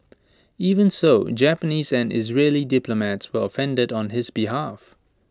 even so Japanese and Israeli diplomats were offended on his behalf